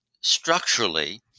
structurally